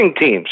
teams